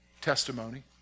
Testimony